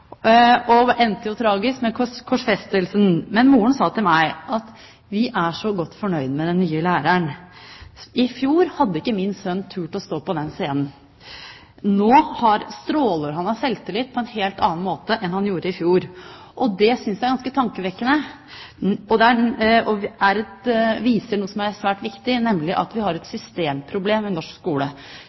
Det endte jo tragisk med korsfestelsen. Men moren sa til meg: Vi er så godt fornøyd med den nye læreren. I fjor hadde ikke min sønn tort å stå på den scenen. Nå stråler han av selvtillit – på en helt annen måte enn han gjorde i fjor. Det synes jeg er ganske tankevekkende, og viser noe som er svært viktig, nemlig at vi har et systemproblem i norsk skole.